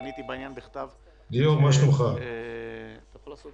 פניתי בעניין בכתב לממונה על שוק ההון והביטוח והוא גם השיב